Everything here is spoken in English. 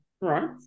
right